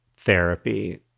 therapy